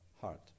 heart